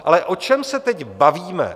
Ale o čem se teď bavíme?